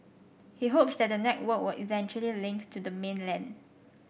he hopes that the network will eventually links to the mainland